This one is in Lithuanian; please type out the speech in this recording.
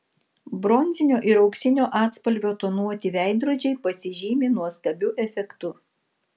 bronzinio ir auksinio atspalvio tonuoti veidrodžiai pasižymi nuostabiu efektu